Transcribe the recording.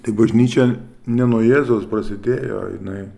tai bažnyčia ne nuo jėzaus prasidėjo jinai